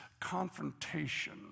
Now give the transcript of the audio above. confrontation